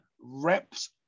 reps